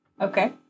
Okay